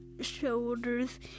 shoulders